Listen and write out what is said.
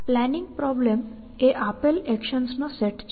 planning problem એ આપેલ એક્શન્સનો સેટ છે